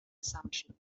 assumption